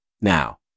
Now